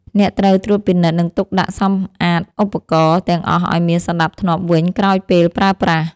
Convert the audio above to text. អ្នកត្រូវត្រួតពិនិត្យ និងទុកដាក់សម្អាតឧបករណ៍ទាំងអស់ឱ្យមានសណ្ដាប់ធ្នាប់វិញក្រោយពេលប្រើប្រាស់។